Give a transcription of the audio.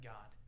God